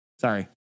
Sorry